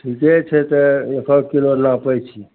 ठीके छै तऽ एकहक किलो नापैत छी